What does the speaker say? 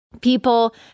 People